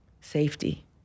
safety